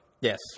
Yes